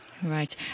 Right